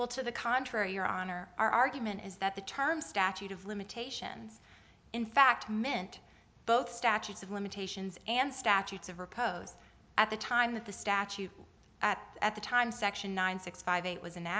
well to the contrary your honor our argument is that the term statute of limitations in fact meant both statutes of limitations and statutes of repose at the time that the statute at at the time section nine six five eight was